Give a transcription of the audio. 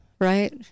right